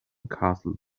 castle